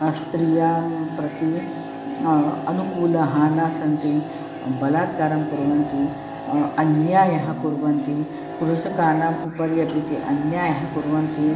स्त्रियां प्रति अनुकूलः न सन्ति बलात्कारं कुर्वन्ति अन्यायः कुर्वन्ति कृषकाणाम् उपरि अपि ते अन्यायः कुर्वन्ति